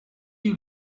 you